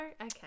Okay